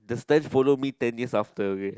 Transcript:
the stares follow me ten years after okay